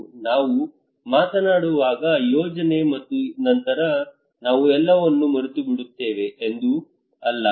ನಾವು ಮಾತನಾಡುವ ಯೋಜನೆ ಮತ್ತು ನಂತರ ನಾವು ಎಲ್ಲವನ್ನೂ ಮರೆತುಬಿಡುತ್ತೇವೆ ಎಂದು ಅಲ್ಲ